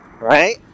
right